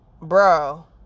Bro